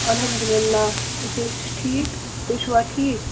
الحمدُ اللہ تُہۍ چھُو حظ ٹھیٖک تُہۍ چھُوا ٹھیٖک